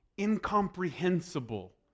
incomprehensible